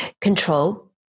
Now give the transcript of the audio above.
control